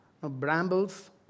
Brambles